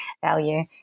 value